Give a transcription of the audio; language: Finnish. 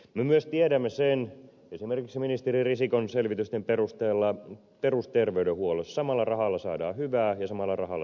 me myös tiedämme sen esimerkiksi ministeri risikon selvitysten perusteella että perusterveydenhuollossa samalla rahalla saadaan hyvää ja samalla rahalla saadaan huonoa